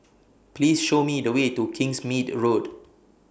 Please Show Me The Way to Kingsmead Road